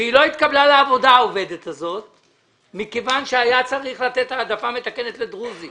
ואותה אישה לא התקבלה לעבודה מכיוון שהיה צריך לתת העדפה מתקנת לדרוזית